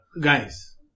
Guys